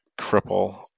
cripple